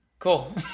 Cool